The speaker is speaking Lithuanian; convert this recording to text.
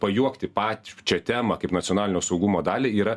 pajuokti pačią temą kaip nacionalinio saugumo dalį yra